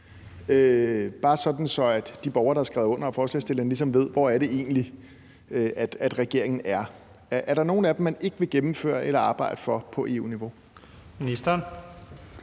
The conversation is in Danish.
bare sådan, at de borgere, der har skrevet under, og forslagsstillerne ligesom ved, hvor det egentlig er, regeringen er. Er der nogen af dem, man ikke vil gennemføre eller arbejde for på EU-niveau? Kl.